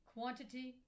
Quantity